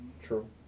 True